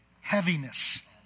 heaviness